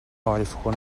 vallfogona